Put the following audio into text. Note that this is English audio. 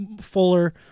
fuller